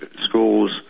schools